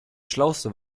schlauste